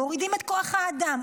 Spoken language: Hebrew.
מורידים את כוח האדם,